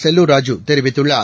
செல்லூர் ராஜூ தெரிவித்துள்ளார்